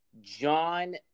John